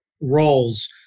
roles